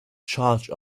charge